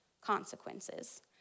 consequences